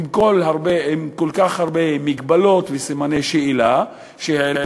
עם כל כך הרבה מגבלות וסימני שאלה שהעלה